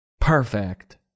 Perfect